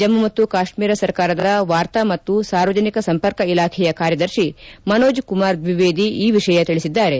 ಜಮ್ಮು ಮತ್ತು ಕಾಶ್ಮೀರ ಸರ್ಕಾರದ ವಾರ್ತಾ ಮತ್ತು ಸಾರ್ವಜನಿಕ ಸಂಪರ್ಕ ಇಲಾಖೆಯ ಕಾರ್ಯದರ್ತಿ ಮನೋಜ್ ಕುಮಾರ್ ದ್ವಿವೇದಿ ಈ ವಿಷಯ ತಿಳಿಸಿದ್ದಾರೆ